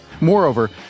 Moreover